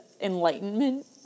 Enlightenment